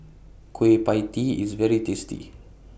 Kueh PIE Tee IS very tasty